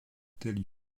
tels